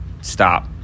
stop